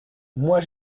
moi